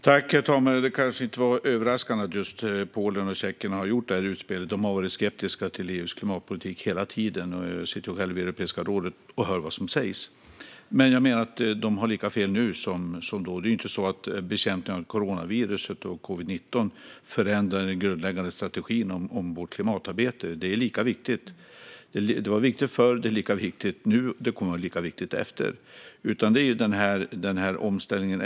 Herr talman! Det kanske inte var överraskande att just Polen och Tjeckien har gjort utspelet. De har varit skeptiska till EU:s klimatpolitik hela tiden. Jag sitter själv i Europeiska rådet och hör vad som sägs. Jag menar att de har lika fel nu som då. Det är inte så att bekämpningen av coronaviruset och covid-19 förändrar den grundläggande strategin om vårt klimatarbete. Det var viktigt förr. Det är lika viktigt nu. Det kommer att vara lika viktigt efter. Det handlar om omställningen.